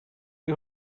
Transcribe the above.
you